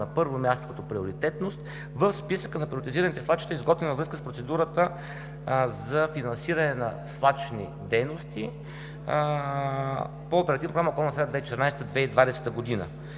под № 1 като приоритетност в списъка на приоритизираните свлачища, изготвен във връзка с процедурата за финансиране на свлачищни дейности по Оперативна програма „Околна среда“ 2014 – 2020 г.